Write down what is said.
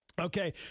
Okay